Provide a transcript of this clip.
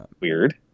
weird